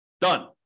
Done